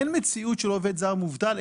אין מציאות שבה עובד זר מובטל,